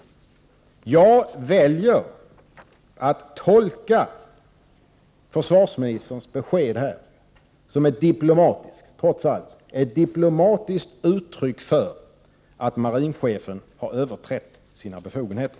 Jag väljer att tolka försvarsministerns besked här, trots allt, som ett diplomatiskt uttryck för att marinchefen har överträtt sina befogenheter.